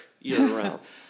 year-round